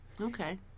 Okay